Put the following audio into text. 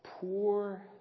poor